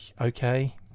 okay